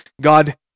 God